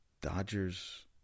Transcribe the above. Dodgers